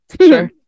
Sure